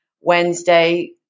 Wednesday